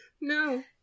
No